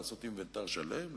לעשות אינוונטר שלם,